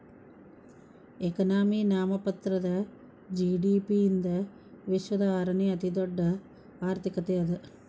economy ನಾಮಮಾತ್ರದ GDP ಯಿಂದ ವಿಶ್ವದ ಆರನೇ ಅತಿದೊಡ್ಡ್ ಆರ್ಥಿಕತೆ ಅದ